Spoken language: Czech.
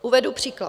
Uvedu příklad.